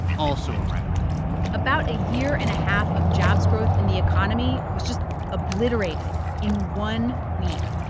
also a record about a year and a half of jobs growth in the economy was just obliterated in one week.